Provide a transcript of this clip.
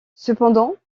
cependant